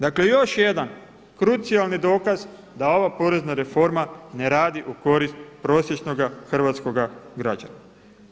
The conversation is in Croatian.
Dakle još jedan krucijalni dokaz da ova porezna reforma ne radi u korist prosječnoga hrvatskoga građanina.